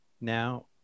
now